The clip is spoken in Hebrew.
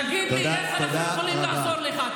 תגיד לי איך אנחנו יכולים לעזור לך?